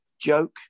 joke